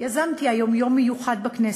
יזמתי היום יום מיוחד בכנסת: